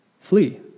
flee